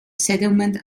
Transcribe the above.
settlement